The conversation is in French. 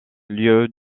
lieu